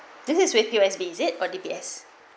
this is with P_O_S_B is it for D_B_S